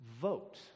vote